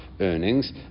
earnings